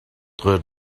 deux